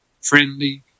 friendly